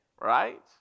Right